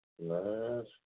Last